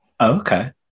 Okay